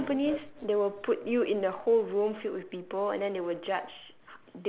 like other companies they will put you in the whole room filled with people and then they will judge